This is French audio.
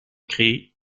créer